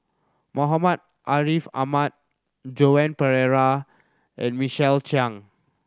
Muhammad Ariff Ahmad Joan Pereira and Michael Chiang